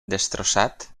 destrossat